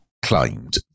claimed